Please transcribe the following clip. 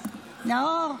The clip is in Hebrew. נאור,